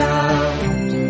out